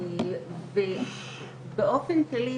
אני מסכימה